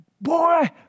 boy